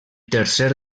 tercer